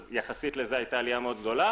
אז יחסית לזה הייתה עלייה מאוד גדולה